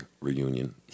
reunion